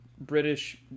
British